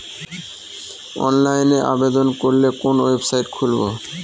অনলাইনে আবেদন করলে কোন ওয়েবসাইট খুলব?